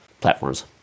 platforms